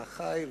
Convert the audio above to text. לאחי,